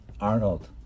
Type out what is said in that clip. Arnold